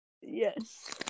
yes